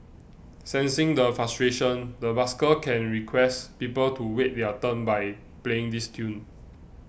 sensing the frustration the busker can request people to wait their turn by playing this tune